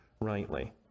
rightly